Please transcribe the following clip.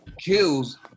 kills